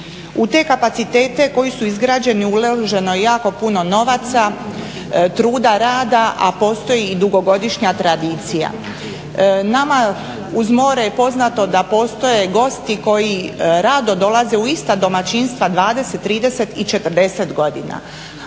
U te kapacitete koji su izgrađeni uloženo je jako puno novaca, truda, rada, a postoji i dugogodišnja tradicija. Nama uz more je poznato da postoje gosti koji rado dolaze u ista domaćinstva 20, 30 i 40 godina,